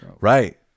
Right